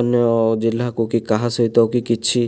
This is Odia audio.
ଅନ୍ୟ ଜିଲ୍ଲାକୁ କି କାହା ସହିତ କି କିଛି